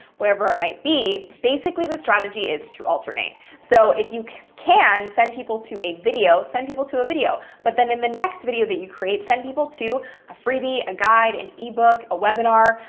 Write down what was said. wherever it might be. basically, the strategy is to alternate. so if you can send people to a video, send people to a video. but then in the next video that you create, send people to a freebie, a guide, an ebook, a webinar,